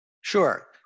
Sure